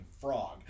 frog